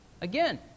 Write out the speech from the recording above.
Again